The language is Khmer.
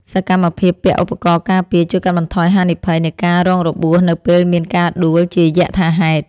សកម្មភាពពាក់ឧបករណ៍ការពារ ជួយកាត់បន្ថយហានិភ័យនៃការរងរបួសនៅពេលមានការដួលជាយថាហេតុ។